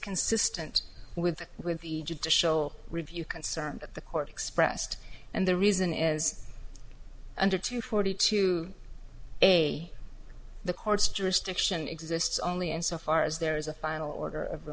consistent with with egypt to show review concerned that the court expressed and the reason is under two forty two a the court's jurisdiction exists only insofar as there is a final order of